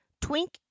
Twink